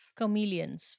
Chameleons